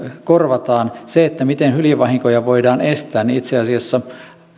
korvataan siitä miten hyljevahinkoja voidaan estää itse asiassa